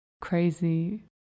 crazy